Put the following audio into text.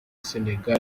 sénégal